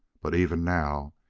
but even now,